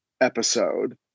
episode